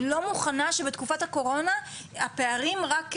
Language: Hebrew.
אני לא מוכנה שבתקופת הקורונה הפערים רק יגדלו.